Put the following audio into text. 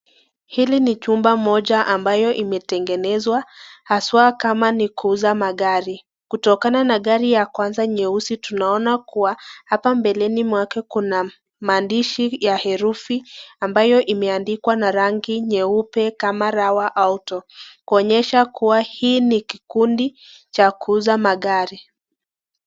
Hili ni chumba moja ambayo imetengenezwa, haswa kama ni kuuza magari. Kutokana na gari ya kwanza nyeusi tunaona kuwa, hapa mbeleni mwake kuna maandishi ya herufi ambayo imeandikwa na rangi nyeupe kama Rawa auto. Kuonyesha kuwa hii ni kikundi cha kuuza magari.